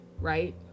right